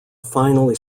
finally